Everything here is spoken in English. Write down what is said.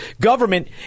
Government